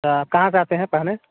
आ कहाँ से आते हैं पढ़ने